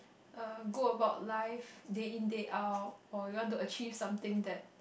uh go about life day in day out or you want to achieve something that